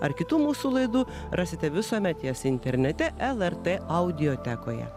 ar kitų mūsų laidų rasite visuomet jas internete lrt audiotekoje